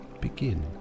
begin